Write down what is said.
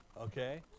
Okay